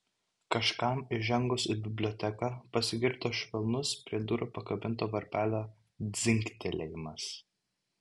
kažkam įžengus į biblioteką pasigirdo švelnus prie durų pakabinto varpelio dzingtelėjimas